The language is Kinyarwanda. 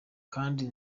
kandi